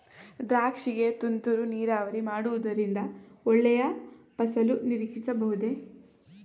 ದ್ರಾಕ್ಷಿ ಗೆ ತುಂತುರು ನೀರಾವರಿ ಮಾಡುವುದರಿಂದ ಒಳ್ಳೆಯ ಫಸಲು ನಿರೀಕ್ಷಿಸಬಹುದೇ?